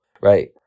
Right